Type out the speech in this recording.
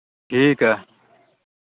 ᱴᱷᱤᱠᱼᱟ